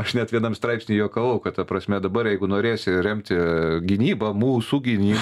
aš net vienam straipsny juokavau kad ta prasme dabar jeigu norėsi remti aaa gynybą mūsų gynybą